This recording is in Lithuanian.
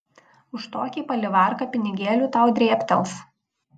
už tokį palivarką pinigėlių tau drėbtels